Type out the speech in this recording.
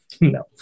No